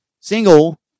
single